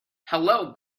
hello